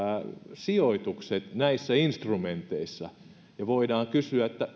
sijoitukset näissä instrumenteissa ja voidaan kysyä